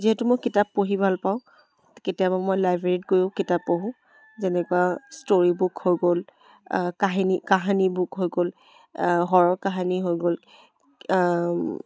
যিহেতু মই কিতাপ পঢ়ি ভাল পাওঁ কেতিয়াবা মই লাইব্ৰেৰীত গৈও কিতাপ পঢ়োঁ যেনেকুৱা ষ্টৰী বুক হৈ গ'ল কাহিনী কাহানী বুক হৈ গ'ল হ'ৰৰ কাহানী হৈ গ'ল